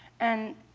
and